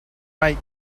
make